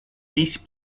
visi